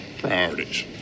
priorities